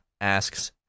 asks